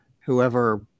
whoever